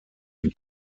mit